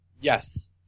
Yes